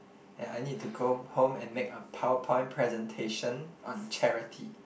ya I need to go home and make a PowerPoint presentation on charity